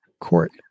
court